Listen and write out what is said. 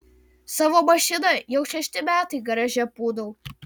savo mašiną jau šešti metai garaže pūdau